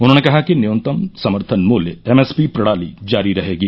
उन्होंने कहा कि न्यूनतम समर्थन मूल्य एमएसपी प्रणाली जारी रहेगी